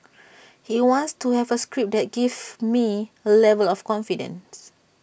he wants to have A script that gives me A level of confidence